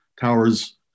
towers